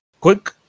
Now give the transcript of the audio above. quick